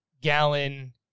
Gallon